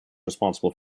responsible